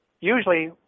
Usually